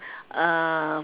uh